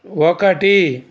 ఒకటి